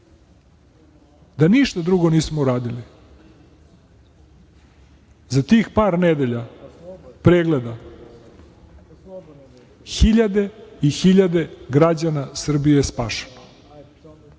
ništa drugo nismo uradili za tih par nedelja pregleda hiljade i hiljade građana Srbije je